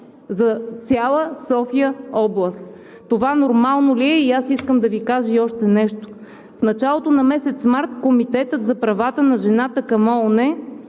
за цяла София-област! Това нормално ли е? Искам да Ви кажа и още нещо. В началото на месец март Комитетът за правата на жената към ООН